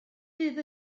fydd